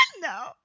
No